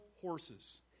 horses